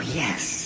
yes